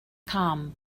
com